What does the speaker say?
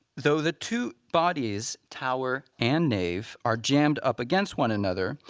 though the two bodies, tower and nave, are jammed up against one another,